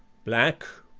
black,